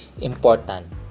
important